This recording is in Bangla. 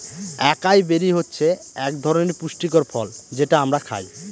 একাই বেরি হচ্ছে এক ধরনের পুষ্টিকর ফল যেটা আমরা খায়